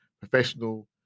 professional